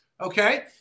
okay